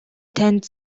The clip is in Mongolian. танд